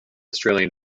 australian